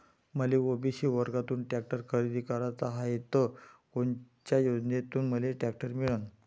मले ओ.बी.सी वर्गातून टॅक्टर खरेदी कराचा हाये त कोनच्या योजनेतून मले टॅक्टर मिळन?